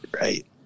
right